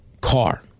car